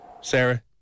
Sarah